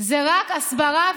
זה רק הסברה,